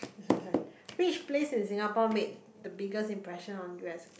this one this one which place in Singapore made the biggest impression on you as a kid